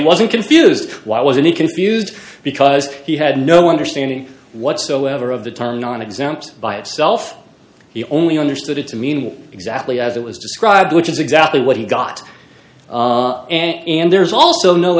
wasn't confused why wasn't he confused because he had no understanding whatsoever of the time nonexempt by itself he only understood it to mean what exactly as it was described which is exactly what he got and and there's also no